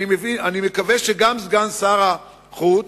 אני מקווה שגם סגן שר החוץ,